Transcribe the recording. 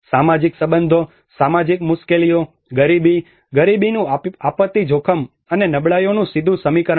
સામાજિક સંબંધો સામાજિક મુશ્કેલીઓ ગરીબી ગરીબીનું આપત્તિ જોખમ અને નબળાઈઓનું સીધું સમીકરણ છે